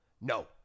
No